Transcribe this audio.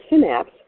synapse